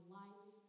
life